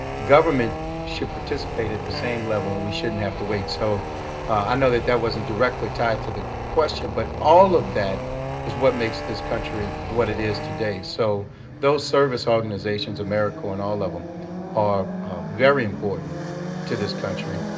government should participate at the same level, and we shouldn't have to wait. so i know that that wasn't directly tied to the question, but all of that is what makes this country what it is today. so those service organizations, americorps and all of them are very important to this country,